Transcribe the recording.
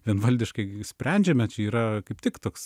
vienvaldiškai sprendžiame čia yra kaip tik toks